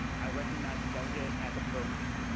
i recognized delegate at the pro mic.